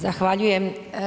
Zahvaljujem.